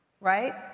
right